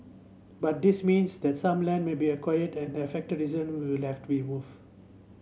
but this means that some land may be acquired and affected resident will left to be move